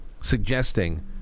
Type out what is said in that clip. suggesting